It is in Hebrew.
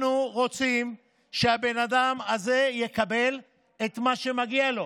אנחנו רוצים שהאדם הזה יקבל את מה שמגיע לו.